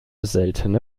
seltene